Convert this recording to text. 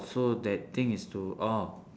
so that thing is to orh